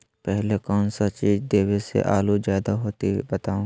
पहले कौन सा चीज देबे से आलू ज्यादा होती बताऊं?